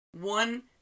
One